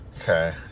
Okay